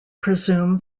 presume